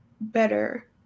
better